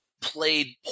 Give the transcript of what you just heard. played